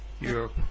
Europe